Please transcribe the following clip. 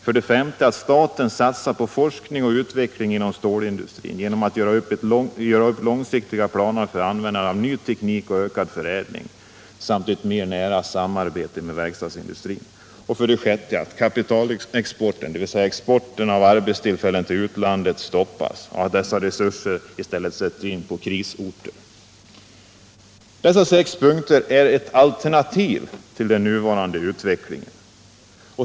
5. Staten skall satsa på forskning och utveckling inom stålindustrin genom att göra upp långsiktiga planer för användande av ny teknik och ökad förädling samt genom ett mera nära samarbete med verkstadsindustrin. 6. Kapitalexporten — dvs. exporten av arbetstillfällen till utlandet — stoppas. Dessa resurser sätts i stället in på krisorter. De här sex punkterna är ett alternativ till den nuvarande utvecklingen.